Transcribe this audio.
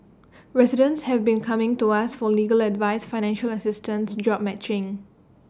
residents have been coming to us for legal advice financial assistance job matching